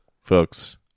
folks